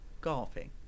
golfing